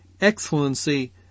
excellency